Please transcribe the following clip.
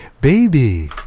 baby